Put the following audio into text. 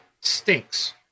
stinks